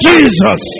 Jesus